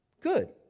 Good